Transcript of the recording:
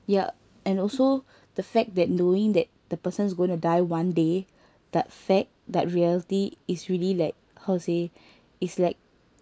ya and also the fact that knowing that the person's gonna die one day that fact that reality is really like how to say is like